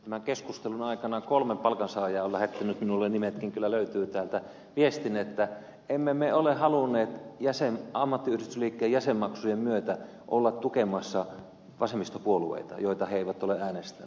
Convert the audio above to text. tämän keskustelun aikana kolme palkansaajaa on lähettänyt minulle nimetkin kyllä löytyvät täältä viestin että emme me ole halunneet ammattiyhdistysliikkeen jäsenmaksujen myötä olla tukemassa vasemmistopuolueita joita me emme ole äänestäneet